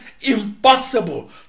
impossible